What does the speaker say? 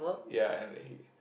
ya and he